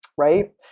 Right